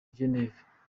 geneve